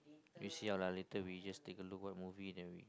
we see how lah later we just take a look what movie then we